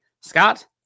Scott